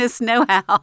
know-how